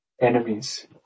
enemies